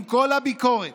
עם כל הביקורת